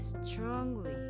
strongly